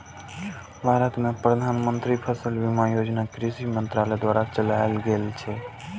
भारत मे प्रधानमंत्री फसल बीमा योजना कृषि मंत्रालय द्वारा चलाएल गेल छै